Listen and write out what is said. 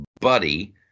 buddy